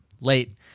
Late